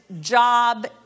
job